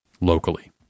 locally